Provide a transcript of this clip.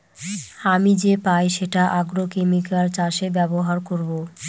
আমি যে পাই সেটা আগ্রোকেমিকাল চাষে ব্যবহার করবো